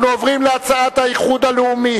אנחנו עוברים להצעת האיחוד הלאומי